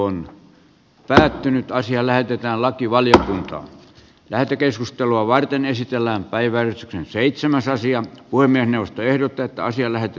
puhemiesneuvosto ehdottaa että asia lähetetään lakivaliokuntaan lähetekeskustelua varten esitellään päivän seitsemäs asian puiminen ehdotetaan siellä heti